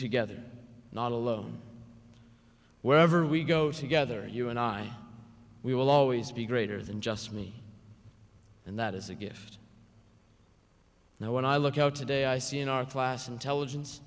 together not alone wherever we go together you and i we will always be greater than just me and that is a gift and i when i look out today i see in our class intelligence